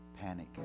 panic